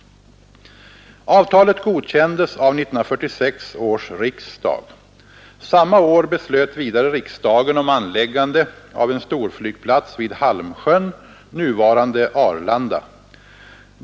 Avtalet godkändes av 1946 års riksdag. Samma år beslöt vidare riksdagen om anläggande av en storflygplats vid Halmsjön, nuvarande Arlanda.